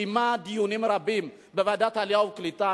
קיימה דיונים רבים בוועדת העלייה והקליטה,